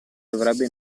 dovrebbe